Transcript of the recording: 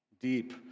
Deep